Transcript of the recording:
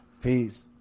Peace